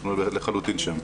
אנחנו לחלוטין שם.